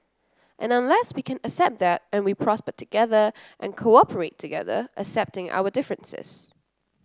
and unless we can accept that and we prosper together and cooperate together accepting our differences